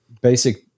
basic